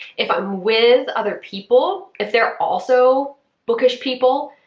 if i'm with other people, if they're also bookish people,